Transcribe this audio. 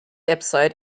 episode